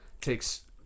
takes